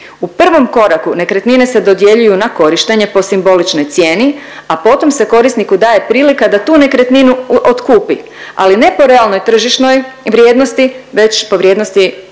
U prvom koraku nekretnine se dodjeljuju na korištenje po simboličnoj cijeni, a potom se korisniku daje prilika da tu nekretninu otkupi ali ne po realnoj tržišnoj vrijednosti već po vrijednosti